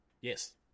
Yes